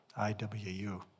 IWU